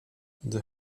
the